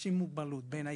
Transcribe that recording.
אנשים עם מוגבלות בין היתר.